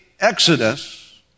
Exodus